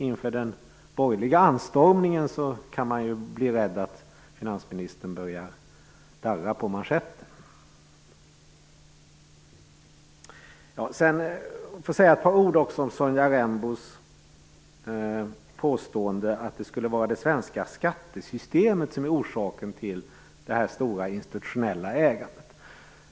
Inför den borgerliga anstormningen kan man ju annars bli rädd att finansministern börjar darra på manschetten. Jag vill också säga ett par ord om Sonja Rembos påstående att det skulle vara det svenska skattesystemet som är orsaken till det stora institutionella ägandet.